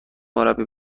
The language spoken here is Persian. مربی